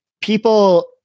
people